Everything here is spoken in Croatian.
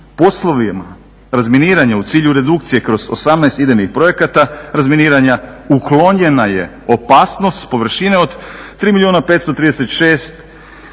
Poslovima razminiranja u cilju redukcije kroz 18 idejnih projekata razminiranja uklonjena je opasnost površine od 3 milijuna 536 metara